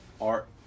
art